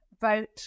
vote